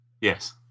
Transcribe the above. Yes